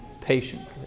patiently